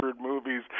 Movies